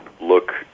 look